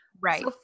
right